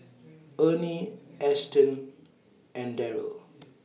Ernie Ashtyn and Darrel